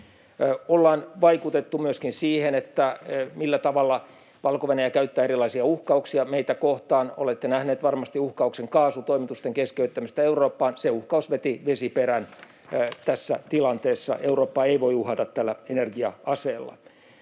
Ollaan vaikutettu myöskin siihen, millä tavalla Valko-Venäjä käyttää erilaisia uhkauksia meitä kohtaan. Olette nähneet varmasti uhkauksen kaasutoimitusten keskeyttämisestä Eurooppaan. [Arto Satonen: Kyllä!] Se uhkaus veti vesiperän tässä tilanteessa — Eurooppaa ei voi uhata tällä energia-aseella.